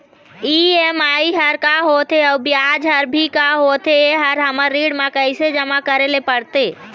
EMI हर का होथे अऊ ब्याज हर भी का होथे ये हर हमर ऋण मा कैसे जमा करे ले पड़ते?